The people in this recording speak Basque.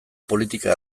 politika